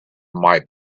might